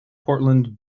portland